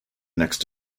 next